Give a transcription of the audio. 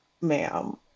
ma'am